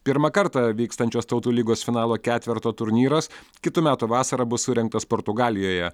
pirmą kartą vykstančios tautų lygos finalo ketverto turnyras kitų metų vasarą bus surengtas portugalijoje